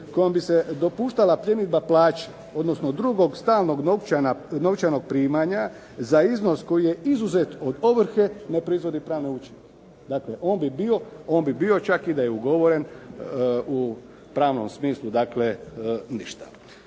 kojom bi se dopuštala pljenidba plaće odnosno drugog stalnog novčanog primanja za iznos koji je izuzet od ovrhe ne proizvodi pravne učinke. Dakle, on bi bio čak i da je ugovoren u pravnom smislu dakle ništavan.